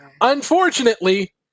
Unfortunately